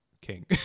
king